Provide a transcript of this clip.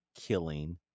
killing